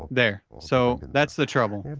there. so, that's the trouble.